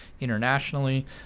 internationally